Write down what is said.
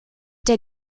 der